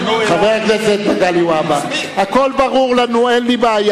חבר הכנסת מגלי והבה, הכול ברור לנו, אין לי בעיה.